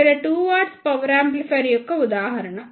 కాబట్టి ఇక్కడ 2 W power amplifier యొక్క ఉదాహరణ